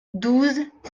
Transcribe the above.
douze